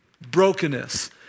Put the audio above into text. Brokenness